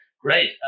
Great